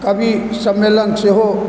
कवि सम्मेलन सेहो